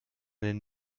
den